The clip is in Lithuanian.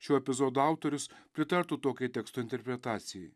šio epizodo autorius pritartų tokiai teksto interpretacijai